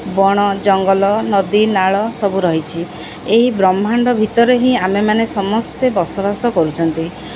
ବଣ ଜଙ୍ଗଲ ନଦୀ ନାଳ ସବୁ ରହିଛି ଏହି ବ୍ରହ୍ମାଣ୍ଡ ଭିତରେ ହିଁ ଆମେମାନେ ସମସ୍ତେ ବସବାସ କରୁଛନ୍ତି